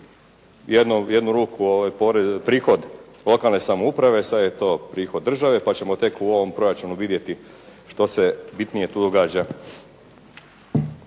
jednu ruku prihod lokalne samouprave, sada je to prihod države pa ćemo tek u ovom proračunu vidjeti što se bitnije tu događa.